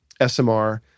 SMR